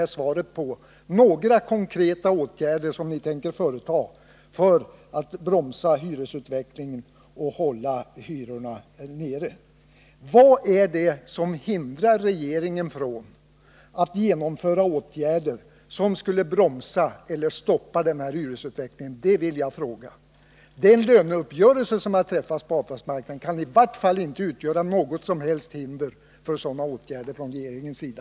Det finns inte några konkreta åtgärder angivna som regeringen tänker vidta för att bromsa hyresutvecklingen och hålla hyrorna nere. Vad är det som hindrar regeringen från att genomföra åtgärder som skulle bromsa eller stoppa denna hyresutveckling? Den löneuppgörelse som träffats på arbetsmarknaden kan i vart fall inte utgöra något som helst hinder för sådana åtgärder från regeringens sida.